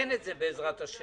--- נתקן את זה בעזרת השם.